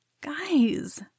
Guys